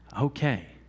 Okay